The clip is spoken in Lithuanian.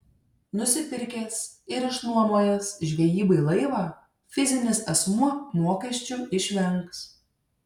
nusipirkęs ir išnuomojęs žvejybai laivą fizinis asmuo mokesčių išvengs